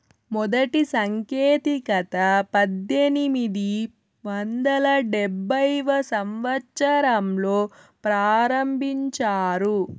మొదటి సాంకేతికత పద్దెనిమిది వందల డెబ్భైవ సంవచ్చరంలో ప్రారంభించారు